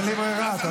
אני לא יכולה לדבר.